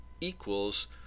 equals